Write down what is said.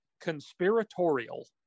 conspiratorial